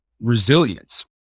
resilience